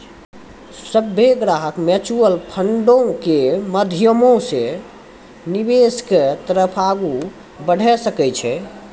सभ्भे ग्राहक म्युचुअल फंडो के माध्यमो से निवेश के तरफ आगू बढ़ै सकै छै